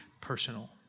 personal